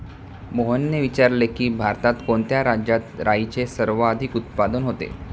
मोहनने विचारले की, भारतात कोणत्या राज्यात राईचे सर्वाधिक उत्पादन होते?